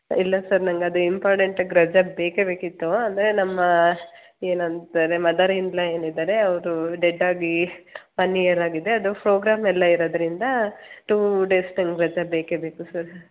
ಇಲ್ಲ ಸರ್ ನನಗೆ ಅದು ಇಂಪಾರ್ಡೆಂಟಾಗಿ ರಜಾ ಬೇಕೇ ಬೇಕಿತ್ತು ಅಂದರೆ ನಮ್ಮ ಏನು ಅಂತಾರೆ ಮದರ್ ಇನ್ ಲಾ ಏನಿದ್ದಾರೆ ಅವರು ಡೆಡ್ ಆಗಿ ಒನ್ ಇಯರ್ ಆಗಿದೆ ಅದು ಫೋಗ್ರಾಮ್ ಎಲ್ಲ ಇರೋದರಿಂದ ಟೂ ಡೇಸ್ ನನಗೆ ರಜಾ ಬೇಕೇ ಬೇಕು ಸರ್